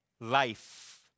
life